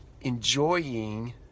Enjoying